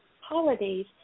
holidays